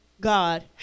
God